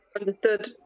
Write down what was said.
Understood